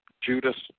Judas